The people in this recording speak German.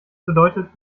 bedeutet